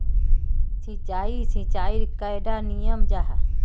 सिंचाई सिंचाईर कैडा नियम जाहा?